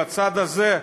בצד הזה,